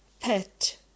pet